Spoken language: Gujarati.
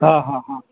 હાં હાં હાં